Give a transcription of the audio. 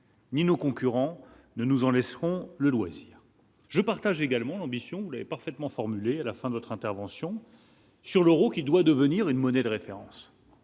Ni nos concurrents ne nous en laisseront le loisir, je partage également l'ambition parfaitement formulée à la fin de votre intervention sur l'Euro qui doit devenir une monnaie de référence.